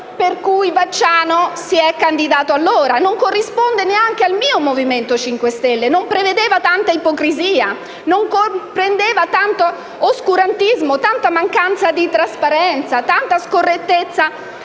per cui Vacciano si è candidato allora e non corrisponde nemmeno al mio Movimento 5 Stelle. Il nostro Movimento non prevedeva tanta ipocrisia e non comprendeva tanto oscurantismo, tanta mancanza di trasparenza, tanta scorrettezza